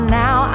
now